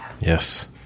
yes